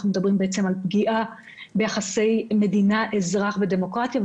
אנחנו מדברים על פגיעה ביחסי מדינה-אזרח בדמוקרטיה,